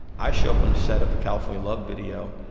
i show up on the set of the california love video.